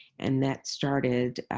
and that started